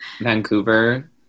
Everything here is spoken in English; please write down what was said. Vancouver